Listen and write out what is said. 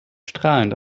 strahlend